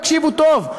תקשיבו טוב,